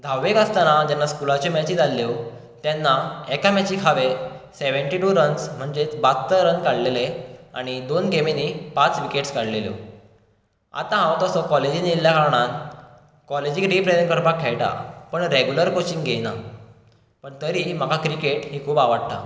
धाव्वेक आसतना जेन्ना स्कुलाची मॅची जाल्ल्यो तेन्ना एका मॅचीक हांवेन सेवेनटी टू रन्स म्हणजेच ब्यात्तर रन कडलेले आणी दोन गॅमिनी पांच विकॅट्स काडलेल्यो आतां हांव तसो कॉलेजीन एयल्ल्या कारणान कॉलेजीक रिप्रेजेण्ट करपाक खेळटा पण रेगुलर कॉचींग घेयना पण तरी म्हाका क्रिकेट ही खूब आवडटा